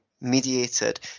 mediated